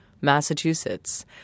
Massachusetts